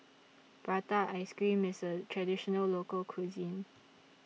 Prata Ice Cream IS A Traditional Local Cuisine